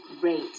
great